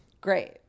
Great